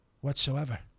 whatsoever